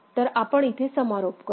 तर आपण इथे समारोप करू